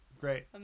Great